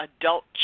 adult